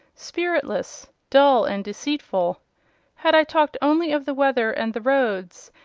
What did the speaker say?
spiritless, dull, and deceitful had i talked only of the weather and the roads,